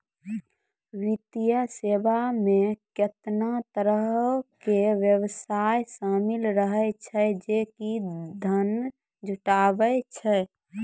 वित्तीय सेवा मे केतना तरहो के व्यवसाय शामिल रहै छै जे कि धन जुटाबै छै